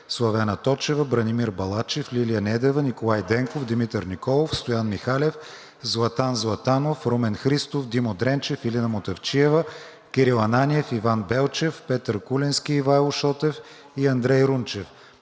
Славена Точева, Бранимир Балачев, Лилия Недева, Николай Денков, Димитър Николов, Стоян Михалев, Златан Златанов, Румен Христов, Димо Дренчев, Илина Мутафчиева, Кирил Ананиев, Иван Белчев, Петър Куленски, Ивайло Шотев и Андрей Рунчев;